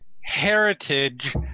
heritage